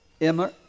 Emma